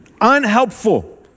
Unhelpful